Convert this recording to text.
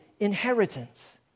Inheritance